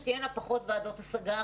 יהיו אחר כך פחות ועדות השגה,